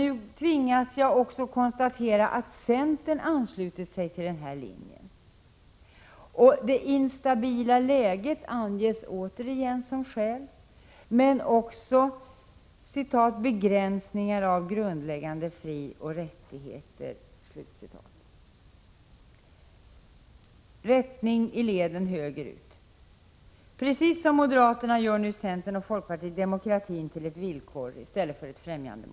Nu tvingas jag konstatera att också centern anslutit sig till denna linje. Det instabila läget anges åter som skäl men också ”begränsningar av grundläggande frioch rättigheter”. Rättning i leden höger ut. Precis som moderaterna gör nu centern och folkpartiet demokratin till ett villkor i stället för ett främjandemål.